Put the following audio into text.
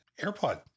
AirPod